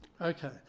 Okay